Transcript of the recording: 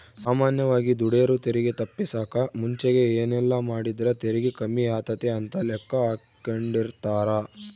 ಸಾಮಾನ್ಯವಾಗಿ ದುಡೆರು ತೆರಿಗೆ ತಪ್ಪಿಸಕ ಮುಂಚೆಗೆ ಏನೆಲ್ಲಾಮಾಡಿದ್ರ ತೆರಿಗೆ ಕಮ್ಮಿಯಾತತೆ ಅಂತ ಲೆಕ್ಕಾಹಾಕೆಂಡಿರ್ತಾರ